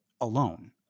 alone